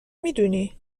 میدونی